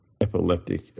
epileptic